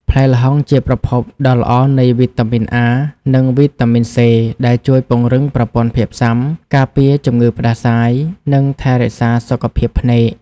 ផ្លែល្ហុងជាប្រភពដ៏ល្អនៃ វីតាមីន អា និង វីតាមីន សេ ដែលជួយពង្រឹងប្រព័ន្ធភាពស៊ាំ ការពារជំងឺផ្តាសាយ និងថែរក្សាសុខភាពភ្នែក។